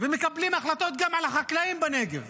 ומקבלים החלטות גם על החקלאים בנגב,